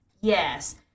yes